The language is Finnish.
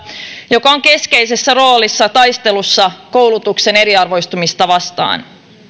joka on keskeisessä roolissa taistelussa koulutuksen eriarvoistumista vastaan